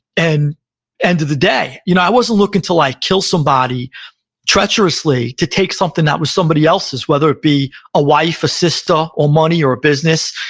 and end of the day. you know i wasn't looking to like kill somebody treacherously to take something that was somebody else's, whether it be a wife, a sister, or money or a business.